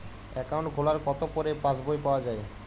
Account খোলার কতো পরে পাস বই পাওয়া য়ায়?